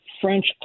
French